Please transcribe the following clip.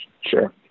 Sure